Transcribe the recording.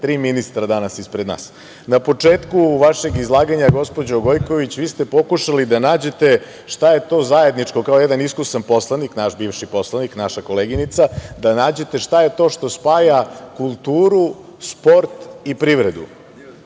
tri ministra danas ispred nas. Na početku vašeg izlaganja gospođo Gojković, vi ste pokušali da nađete šta je to zajedničko kao jedan iskusan poslanik, naš bivši poslanik, naša koleginica, da nađete šta je to što spaja kulturu, sport i privredu.